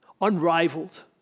unrivaled